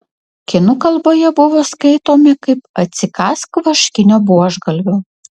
kinų kalboje buvo skaitomi kaip atsikąsk vaškinio buožgalvio